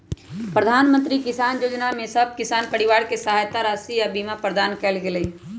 प्रधानमंत्री किसान जोजना में सभ किसान परिवार के सहायता राशि आऽ बीमा प्रदान कएल गेलई ह